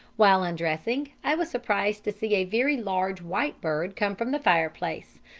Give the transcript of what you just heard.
while undressing i was surprised to see a very large white bird come from the fireplace,